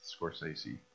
Scorsese